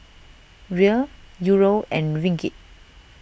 Riel Euro and Ringgit